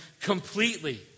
completely